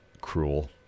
cruel